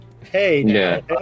hey